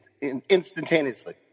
instantaneously